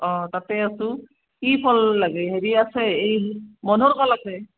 অঁ তাতেই আছো কি ফল লাগে হেৰি আছে এই মনোহৰ কল আছে